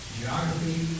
geography